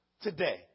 today